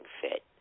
fit